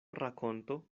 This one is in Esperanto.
rakonto